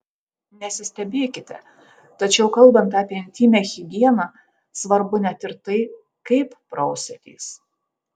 nesistebėkite tačiau kalbant apie intymią higieną svarbu net ir tai kaip prausiatės